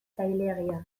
zailegia